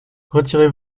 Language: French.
retirez